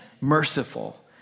merciful